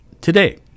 today